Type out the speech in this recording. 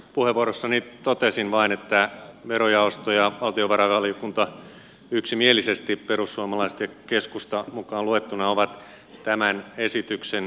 puheenvuorossani totesin vain että verojaosto ja valtiovarainvaliokunta yksimielisesti perussuomalaiset ja keskusta mukaan luettuna ovat tämän esityksen kannalla